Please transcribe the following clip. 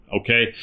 okay